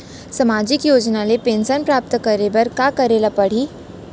सामाजिक योजना ले पेंशन प्राप्त करे बर का का करे ल पड़ही?